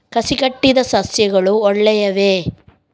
ಕಸಿ ಕಟ್ಟಿದ ಸಸ್ಯಗಳು ಒಳ್ಳೆಯವೇ?